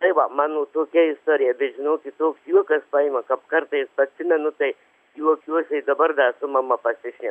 tai va mano tokia istorija bet žinokit toks juokas paima kap kartais atsimenu tai juokiuosi ir dabar dar su mama pasišnek